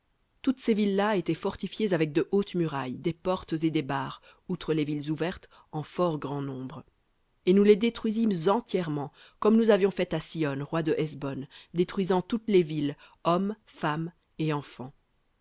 toutes ces villes là étaient fortifiées avec de hautes murailles des portes et des barres outre les villes ouvertes en fort grand nombre et nous les détruisîmes entièrement comme nous avions fait à sihon roi de hesbon détruisant toutes les villes hommes femmes et enfants